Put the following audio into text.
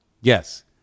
Yes